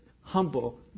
humble